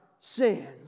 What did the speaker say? sins